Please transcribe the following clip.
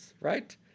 right